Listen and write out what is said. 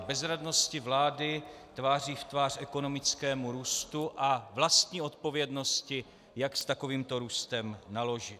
Bezradnosti vlády tváří v tvář ekonomickému růstu a vlastní odpovědnosti, jak s takovýmto růstem naložit.